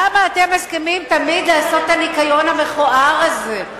למה אתם מסכימים תמיד לעשות את הניקיון המכוער הזה?